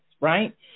right